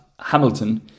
Hamilton